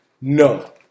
No